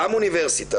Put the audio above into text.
גם אוניברסיטה,